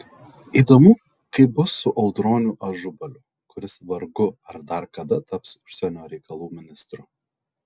įdomu kaip bus su audroniu ažubaliu kuris vargu ar dar kada taps užsienio reikalų ministru